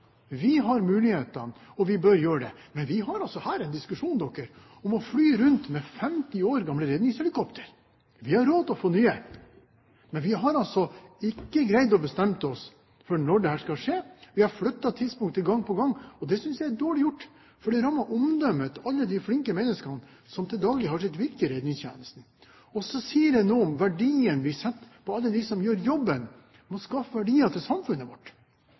Vi har mulighetene, og vi bør gjøre det, men vi har altså en diskusjon om at man flyr med 50 år gamle redningshelikoptre. Vi har råd til å få nye, men vi har altså ikke greid å bestemme oss for når dette skal skje. Vi har flyttet tidspunktet gang på gang. Det synes jeg er dårlig gjort, for det rammer omdømmet til alle de flinke menneskene som til daglig har sitt virke i redningstjenesten. Så sier det noe om hvordan vi verdsetter alle dem som gjør jobben med å skaffe verdier til samfunnet vårt,